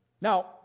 Now